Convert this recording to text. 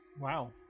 Wow